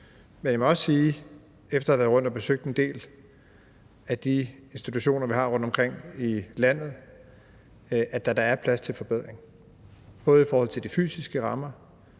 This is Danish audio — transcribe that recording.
Men jeg må også efter at have været rundt og besøge en del af de institutioner, vi har rundtomkring i landet, sige, at der da er plads til forbedring, både i forhold til de fysiske rammer